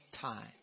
time